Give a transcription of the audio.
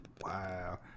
Wow